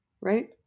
right